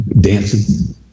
dancing